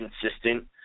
consistent